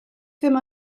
ddim